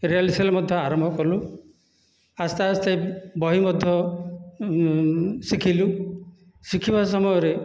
rehearsal ମଧ୍ୟ ଆରମ୍ଭ କଲୁ ଆସ୍ତେ ଆସ୍ତେ ବହି ମଧ୍ୟ ଶିଖିଲୁ ଶିଖିବା ସମୟରେ